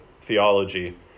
theology